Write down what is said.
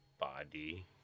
body